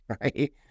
right